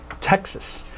Texas